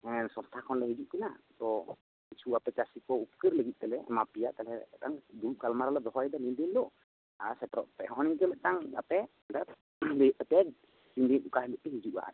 ᱥᱚᱥᱛᱷᱟ ᱠᱷᱚᱱ ᱞᱮ ᱦᱤᱡᱩᱜ ᱠᱟᱱᱟ ᱛᱳ ᱠᱤᱪᱷᱩ ᱟᱯᱮ ᱪᱟᱹᱥᱤ ᱠᱚ ᱩᱯᱠᱟᱹᱨ ᱞᱟᱹᱜᱤᱫ ᱛᱮᱞᱮ ᱮᱢᱟ ᱯᱮᱭᱟ ᱛᱟᱦᱚᱞᱮ ᱫᱩᱲᱩᱵ ᱜᱟᱞᱢᱟᱨᱟᱣ ᱞᱮ ᱫᱚᱦᱚᱭᱮᱫᱟ ᱱᱤᱭᱟᱹ ᱫᱤᱱ ᱦᱤᱞᱳᱜ ᱟᱨ ᱥᱮᱴᱮᱨᱚᱜ ᱯᱮ ᱱᱚᱭ ᱱᱤᱝᱠᱟᱹ ᱢᱤᱴᱟᱝ ᱟᱯᱮ ᱞᱟᱹᱭ ᱦᱩᱭᱩᱜ ᱛᱟᱯᱮᱭᱟ ᱚᱠᱟ ᱦᱤᱞᱳᱜ ᱯᱮ ᱦᱤᱡᱩᱜᱼᱟ ᱟᱨᱠᱤ